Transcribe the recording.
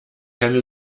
keine